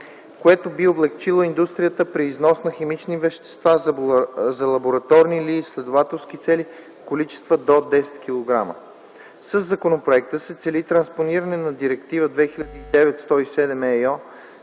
което би облекчило индустрията при износ на химични вещества за лабораторни или изследователски цели в количества до 10 кг. Със законопроекта се цели транспониране на Директива 2009/107/ЕО